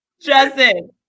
Justin